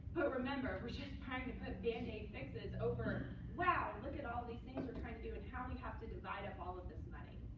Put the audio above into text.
but remember, we're just trying to put band-aid fixes over, wow, look at all these things we're trying to do, and how we have to divide up all of this money.